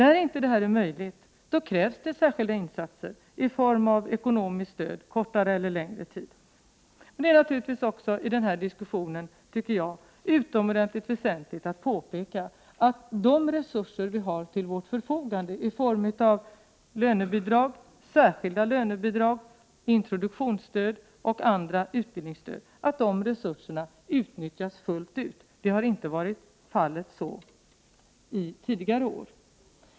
Är inte det här möjligt krävs särskilda insatser i form av ekonomiskt stöd, kortare eller längre tid. Det är i diskussionen utomordentligt väsentligt att påpeka att de resurser som vi har till vårt förfogande i form av lönebidrag, särskilda lönebidrag, introduktionsstöd och andra utbildningsstöd utnyttjas fullt ut. Så har inte varit fallet tidigare år.